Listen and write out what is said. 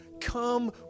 Come